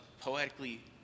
poetically